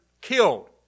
killed